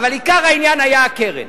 אבל עיקר העניין היה הקרן,